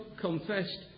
confessed